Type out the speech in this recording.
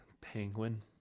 Penguin